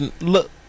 Look